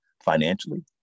financially